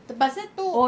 tu pasal tu